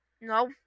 No